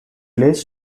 lays